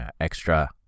extra